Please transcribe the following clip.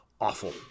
awful